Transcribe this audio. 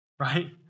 Right